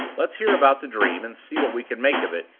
let's hear about the dream, and see what we can make of it,